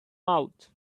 out